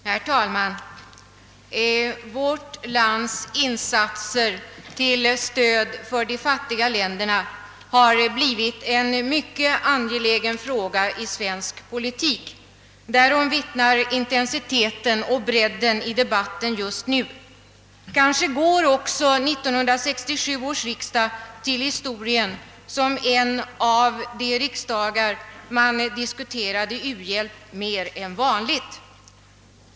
Herr talman! Vårt lands insatser till stöd åt de fattiga länderna har blivit en mycket angelägen fråga i svensk politik. Därom vittnar intensiteten i och bredden av debatten just nu. Kanske går 1967 års riksdag till historien som en av de riksdagar då u-landshjälpen diskuterades mer än vanligt.